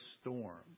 storm